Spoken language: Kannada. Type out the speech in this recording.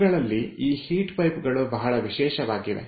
ಇವುಗಳಲ್ಲಿ ಈ ಹೀಟ್ ಪೈಪ್ಗಳು ಬಹಳ ವಿಶೇಷವಾಗಿದೆ